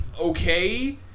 okay